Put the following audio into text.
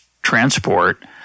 transport